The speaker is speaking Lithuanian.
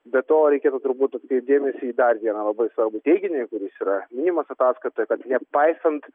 be to reikėtų turbūt atkreipt dėmesį į dar vieną labai svarbų teiginį kuris yra minimas ataskaitoj kad nepaisant